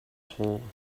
hull